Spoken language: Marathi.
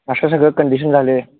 अशा सगळं कंडिशन झाले